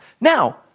Now